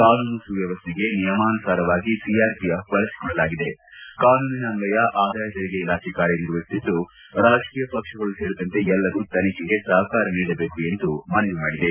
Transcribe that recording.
ಕಾನೂನು ಸುವ್ಕವಸ್ನೆಗೆ ನಿಯಮಾನುಸಾರ ಸಿಆರ್ಪಿಎಫ್ ಬಳಸಿಕೊಳ್ಳಲಾಗಿದೆ ಕಾನೂನಿನ ಅನ್ನಯ ಆದಾಯ ತೆರಿಗೆ ಇಲಾಖೆ ಕಾರ್ಯನಿರ್ವಹಿಸುತ್ತಿದ್ದು ರಾಜಕೀಯ ಪಕ್ಷಗಳು ಸೇರಿದಂತೆ ಎಲ್ಲರೂ ತನಿಖೆಗೆ ಸಹಕಾರ ನೀಡಬೇಕು ಎಂದು ಮನವಿ ಮಾಡಿದೆ